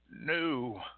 new